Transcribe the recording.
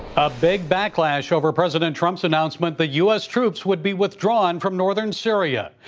big backlash over president trump's announcement the u s. troops would be withdrawn from northern syria.